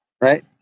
right